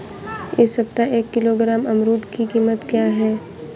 इस सप्ताह एक किलोग्राम अमरूद की कीमत क्या है?